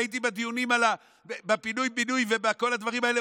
אני הייתי בדיונים על הפינוי-בינוי וכל הדברים האלה.